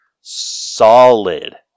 solid